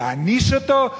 להעניש אותו?